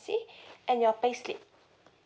and your pay slip